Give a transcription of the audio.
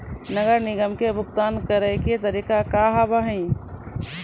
नगर निगम के भुगतान करे के तरीका का हाव हाई?